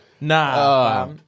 Nah